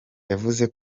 yavuze